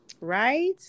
Right